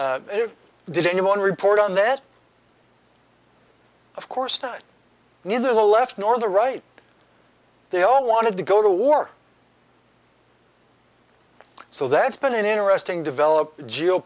did anyone report on that of course that neither left nor the right they all wanted to go to war so that's been an interesting develop